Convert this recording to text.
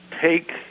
take